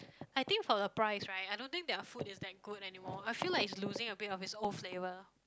I think for the price right I don't think their food is that good anymore I feel like it's losing of it's old flavour